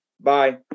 bye